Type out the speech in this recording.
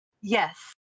Yes